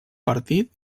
partit